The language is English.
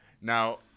Now